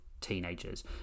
teenagers